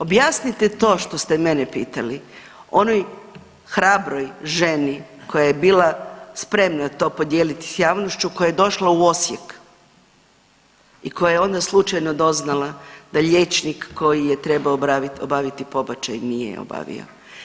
Objasnite to što ste mene pitali onoj hrabroj ženi koja je bila spremna to podijeliti s javnošću, koja je došla u Osijek i koja je onda slučajno doznala da liječnik koji je trebao obaviti pobačaj nije obavio.